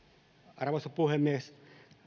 arvoisa puhemies